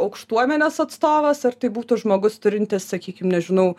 aukštuomenės atstovas ar tai būtų žmogus turintis sakykim nežinau